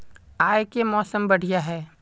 आय के मौसम बढ़िया है?